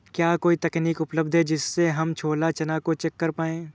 क्या कोई तकनीक उपलब्ध है जिससे हम छोला चना को चेक कर पाए?